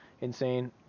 insane